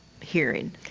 hearing